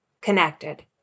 connected